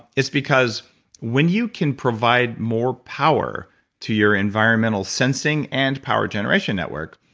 it's because when you can provide more power to your environmental sensing, and power generation network,